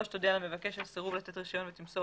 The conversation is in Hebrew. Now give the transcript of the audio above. תודיע למבקש על סירוב לתת רישיון ותמסור